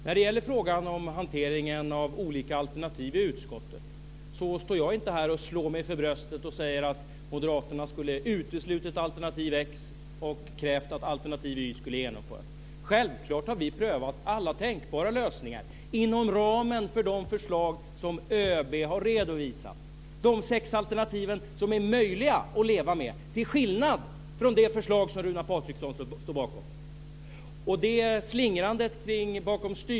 När det gäller frågan om hanteringen av olika alternativ i utskottet står jag inte här och slår mig för bröstet och säger att moderaterna skulle ha uteslutit alternativ X och krävt att alternativ Y skulle genomföras. Självklart har vi prövat alla tänkbara lösningar inom ramen för de förslag som ÖB har redovisat, alltså de sex alternativ som är möjliga att leva med till skillnad från det förslag som Runar Patriksson står bakom.